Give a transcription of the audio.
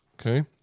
okay